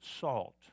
salt